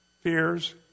fears